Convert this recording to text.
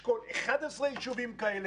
אשכול 11 יישובים כאלה,